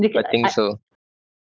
I think so